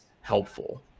helpful